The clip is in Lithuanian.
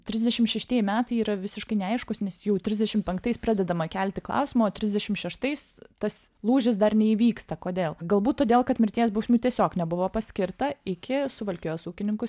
trisdešim šeštieji metai yra visiškai neaiškūs nes jau trisdešim penktais pradedama kelti klausimo trisdešim šeštais tas lūžis dar neįvyksta kodėl galbūt todėl kad mirties bausmių tiesiog nebuvo paskirta iki suvalkijos ūkininkų